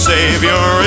Savior